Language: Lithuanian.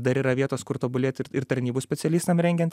dar yra vietos kur tobulėt ir ir tarnybų specialistam rengiant